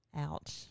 Ouch